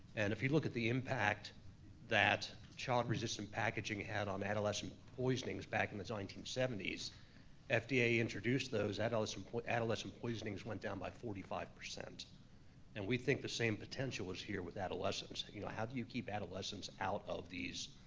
and if you look at the impact that child-resistant packaging had on adolescent poisonings back in the nineteen seventy s, fda introduced those, adolescent adolescent poisonings went down by forty five. and we think the same potential is here with adolescents. you know how do you keep adolescents out of these